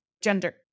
gender